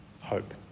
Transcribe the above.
hope